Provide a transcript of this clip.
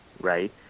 Right